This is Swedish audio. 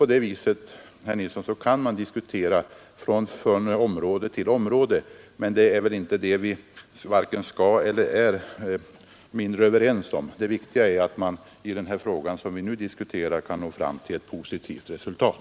På detta vis kan man, herr Nilsson, diskutera område efter område. Men det är inte det vi skall göra nu. Det viktiga här är att man i den fråga vi nu diskuterar kan nå fram till ett positivt resultat.